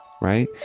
right